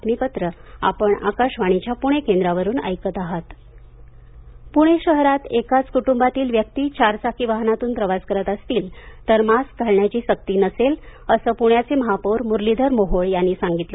मारक सक्ती पुणे शहरात एकाच कुटुंबातील व्यक्ती चारचाकी वाहनातून प्रवास करत असतील तर मास्क घालण्याची सक्ती नसेल असे पुण्याचे महापौर मुरलीधर मोहोळ यांनी सांगितले